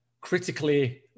critically